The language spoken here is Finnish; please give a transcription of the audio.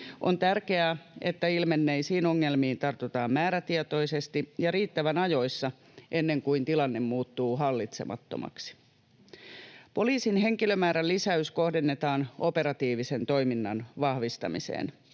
On tärkeää, että ilmenneisiin ongelmiin tartutaan määrätietoisesti ja riittävän ajoissa, ennen kuin tilanne muuttuu hallitsemattomaksi. Poliisin henkilömäärän lisäys kohdennetaan operatiivisen toiminnan vahvistamiseen.